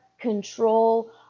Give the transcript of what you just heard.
control